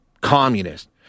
communist